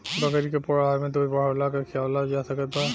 बकरी के पूर्ण आहार में दूध बढ़ावेला का खिआवल जा सकत बा?